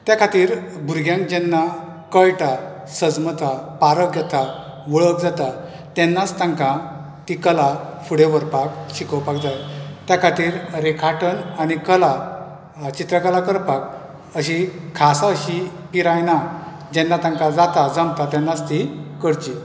त्या खातीर भुरग्यांक जेन्ना कळटा सजमता पारख येता वळख जाता तेन्नाच तांकां ती कला फुडें व्हरपाक शिकोवपाक जाय त्या खातीर रेखाटन आनी कला चित्रकला करपाक अशी खासा अशी पिराय ना जेन्ना तांकां जाता जमता तेन्नाच ती करची